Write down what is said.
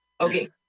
okay